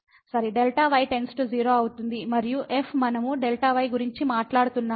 మరియు f మనం Δy గురించి మాట్లాడుతున్నాము